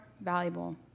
valuable